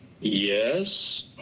yes